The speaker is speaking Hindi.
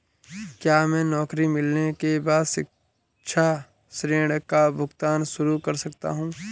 क्या मैं नौकरी मिलने के बाद शिक्षा ऋण का भुगतान शुरू कर सकता हूँ?